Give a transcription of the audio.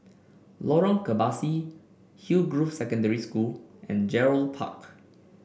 Lorong Kebasi Hillgrove Secondary School and Gerald Park